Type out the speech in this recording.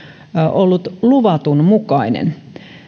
ollut luvatun mukainen